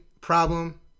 problem